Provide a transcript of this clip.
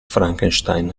frankenstein